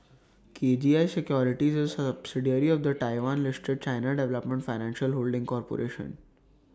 K G I securities is A subsidiary of the Taiwan listed China development financial holding corporation